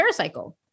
TerraCycle